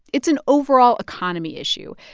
it's an overall economy issue.